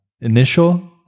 initial